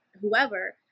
whoever